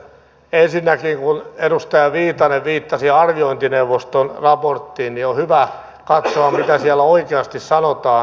ensinnäkin kun edustaja viitanen viittasi arviointineuvoston raporttiin on hyvä katsoa mitä siellä oikeasti sanotaan